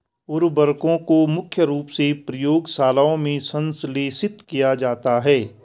उर्वरकों को मुख्य रूप से प्रयोगशालाओं में संश्लेषित किया जाता है